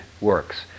works